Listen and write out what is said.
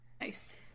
Nice